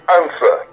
answer